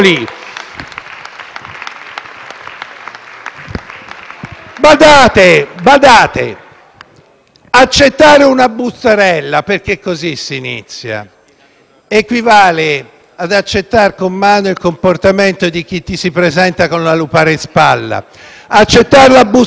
Badate che accettare una bustarella (perché così si inizia) equivale ad accettare con mano il comportamento di chi si presenta con la lupara in spalla. Accettare la bustarella significa